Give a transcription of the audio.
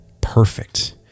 Perfect